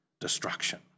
destruction